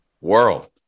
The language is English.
world